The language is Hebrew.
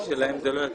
אני לא חושב,